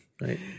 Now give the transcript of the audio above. right